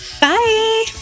Bye